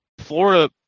Florida